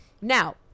Now